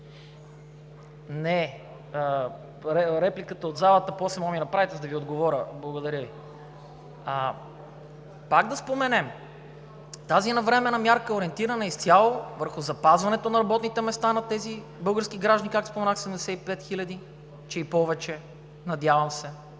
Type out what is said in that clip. Не, реплика от залата после може да направите, за да Ви отговоря. Благодаря Ви. Пак да споменем, тази навременна мярка изцяло е ориентирана върху запазването на работните места на тези 75 хил. български граждани, както споменах, че и повече, надявам се,